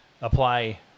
apply